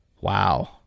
Wow